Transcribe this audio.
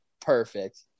Perfect